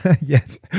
Yes